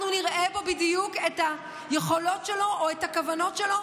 אנחנו נראה בו בדיוק את היכולות שלו או את הכוונות שלו,